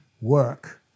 work